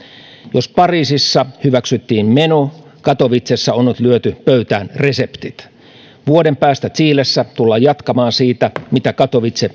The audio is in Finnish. jos pariisissa hyväksyttiin menu katowicessa on nyt lyöty pöytään reseptit vuoden päästä chilessä tullaan jatkamaan siitä mitä katowicessa